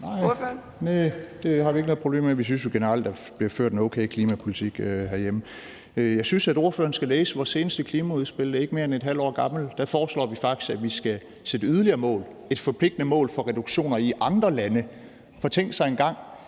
Næh, det har vi ikke noget problem med. Vi synes jo generelt, at der bliver ført en okay klimapolitik herhjemme. Jeg synes, at ordføreren skal læse vores seneste klimaudspil – det er ikke mere end et halvt år gammelt. Der foreslår vi faktisk, at vi skal sætte yderligere mål, et forpligtende mål for reduktioner i andre lande. For tænk engang